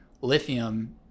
lithium